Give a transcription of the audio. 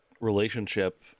relationship